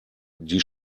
die